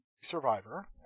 Survivor